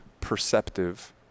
perceptive